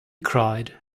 cried